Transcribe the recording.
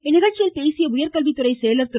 இந்நிகழ்ச்சியில் பேசிய உயர்கல்வித்துறை செயலர் திரு